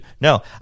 No